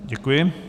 Děkuji.